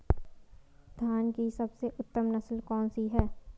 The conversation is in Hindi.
धान की सबसे उत्तम नस्ल कौन सी है?